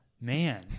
Man